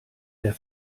der